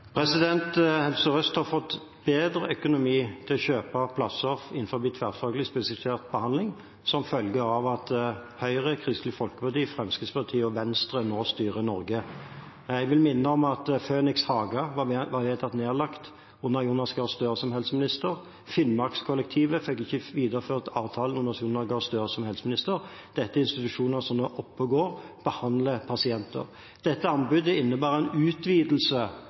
Helse Sør-Øst har fått bedre økonomi til å kjøpe plasser innenfor tverrfaglig spesialisert behandling som følge av at Høyre, Kristelig Folkeparti, Fremskrittspartiet og Venstre nå styrer Norge. Jeg vil minne om at Phoenix Haga ble vedtatt nedlagt under Jonas Gahr Støre som helseminister. Finnmarkskollektivet fikk ikke videreført avtalen under Jonas Gahr Støre som helseminister. Dette er institusjoner som nå er oppe og går og behandler pasienter. Dette anbudet innebærer en utvidelse